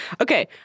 Okay